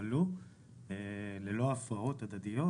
יפעלו ללא הפרעות הדדיות.